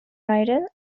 viral